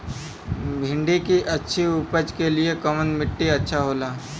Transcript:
भिंडी की अच्छी उपज के लिए कवन मिट्टी अच्छा होला?